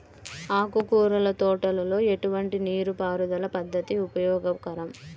ఆకుకూరల తోటలలో ఎటువంటి నీటిపారుదల పద్దతి ఉపయోగకరం?